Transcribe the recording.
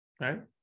right